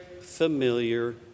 familiar